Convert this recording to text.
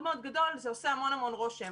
מאוד גדול זה עושה המון המון רושם.